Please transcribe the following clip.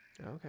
Okay